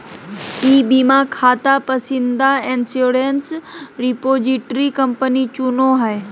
ई बीमा खाता पसंदीदा इंश्योरेंस रिपोजिटरी कंपनी चुनो हइ